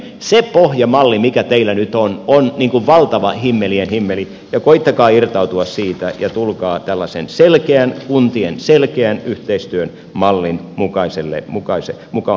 se pohjamalli mikä teillä nyt on on valtava himmelien himmeli ja koettakaa irtautua siitä ja tulkaa tällaisen kuntien selkeän yhteistyön mallin mukaiselle tielle